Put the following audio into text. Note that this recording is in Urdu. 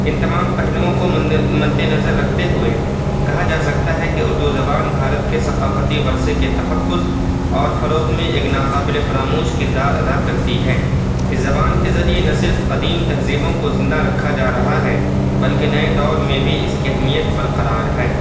ان تمام پہلوؤں کو مدِ نظر رکھتے ہوئے کہا جا سکتا ہے کہ اردو زبان بھارت کے ثقافتی ورثے کے تحفظ اور فروغ میں ایک ناقابلِ فراموش کردار ادا کرتی ہے اس زبان کے ذریعے نہ صرف قدیم تہذیبوں کو زندہ رکھا جا رہا ہے بلکہ نئے دور میں بھی اس کی اہمیت برقرار ہے